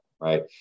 Right